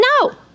No